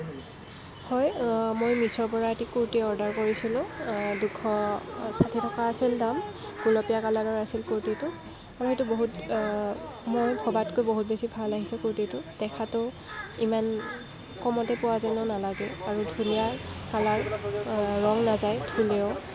হয় মই মিছ'ৰপৰা এটি কুৰ্তী অৰ্ডাৰ কৰিছিলোঁ দুশ ষাঠি টকা আছিল দাম গোলপীয়া কালাৰৰ আছিল কুৰ্তীটো সেইটো বহুত মই ভবাতকৈ বহুত বেছি ভাল আহিছে কুৰ্তীটো দেখাতো ইমান কমতে পোৱা যেনো নালাগে আৰু ধুনীয়া কালাৰ ৰং নাযায় ধুলেও